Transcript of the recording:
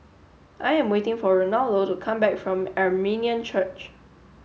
I am waiting for Ronaldo to come back from Armenian Church